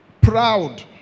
proud